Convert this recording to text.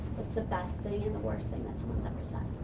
what's the best thing and the worst thing that someone's ever said?